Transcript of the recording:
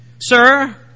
sir